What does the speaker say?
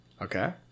Okay